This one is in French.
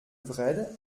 wrede